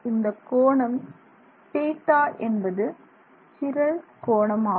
இந்த கோணம் θ என்பது சிரல் கோணமாகும்